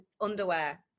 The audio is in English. underwear